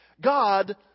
God